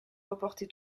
reporté